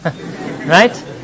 Right